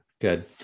Good